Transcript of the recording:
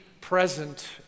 present